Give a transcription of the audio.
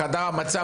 בחדר המצב,